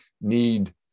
need